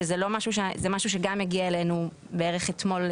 שזה משהו שגם הגיע אלינו בערך אתמול,